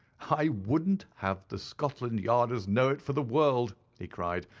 i wouldn't have the scotland yarders know it for the world, he cried,